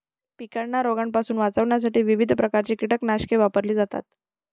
पिकांना रोगांपासून वाचवण्यासाठी विविध प्रकारची कीटकनाशके वापरली जातात